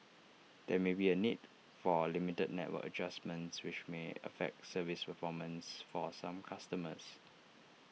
there may be A need for limited network adjustments which may affect service performance for A some customers